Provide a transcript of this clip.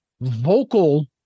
vocal